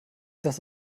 das